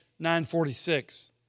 946